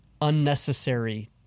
unnecessary